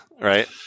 right